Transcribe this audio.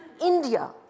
India